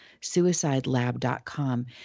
suicidelab.com